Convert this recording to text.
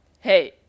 Hey